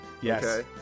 Yes